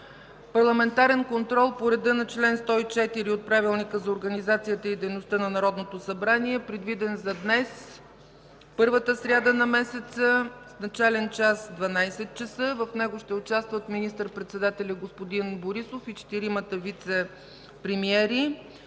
Парламентарен контрол по реда на чл. 104 от Правилника за организацията и дейността на Народното събрание, предвиден за днес, първата сряда на месеца, с начален час 12,00 ч. В него ще участват министър-председателят господин Борисов и четиримата вицепремиери.